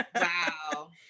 wow